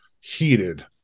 heated